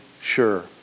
sure